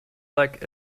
like